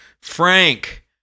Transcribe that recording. Frank